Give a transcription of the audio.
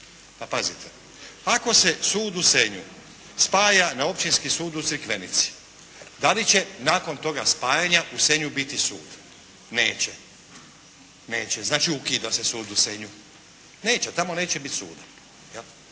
Pa pazite, ako se Sud u Senju spaja na Općinski sud u Crikvenici, da li će nakon toga spajanja u Senju biti su? Neće! Neće! Znači ukida se sud u Senju. Neće, neće, tamo neće biti suda.